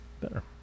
better